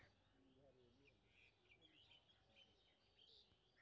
आलु बीज बोय लेल कोन मशीन निक रहैत ओर लोन पर केना लेल जाय?